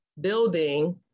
building